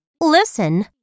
listen